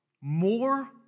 More